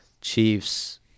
chiefs